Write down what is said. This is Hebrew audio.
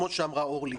כמו שאמרה אורלי,